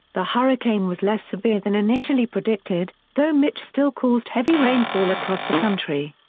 the hurricane was less severe than initially predicted, though mitch still caused heavy rainfall across the country.